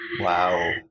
Wow